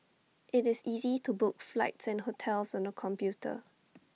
IT is easy to book flights and hotels on the computer